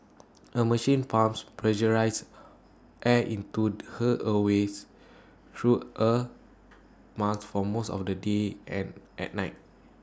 A machine pumps pressurised air into her airways through A mask for most of the day and at night